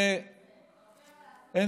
יש עוד הרבה מה לעשות,